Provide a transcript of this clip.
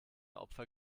opfer